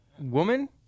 woman